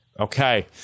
okay